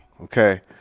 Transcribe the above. okay